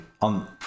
on